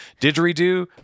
Didgeridoo